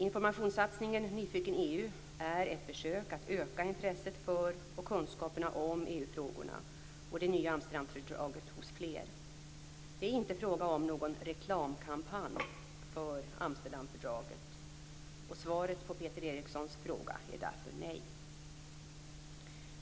Informationssatsningen "Nyfiken EU" är ett försök att öka intresset för och kunskaperna om EU-frågorna och det nya Amsterdamfördraget hos fler. Det är inte fråga om någon "reklamkampanj" för Amsterdamfördraget, och svaret på Peter Erikssons fråga är därför nej.